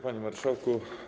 Panie Marszałku!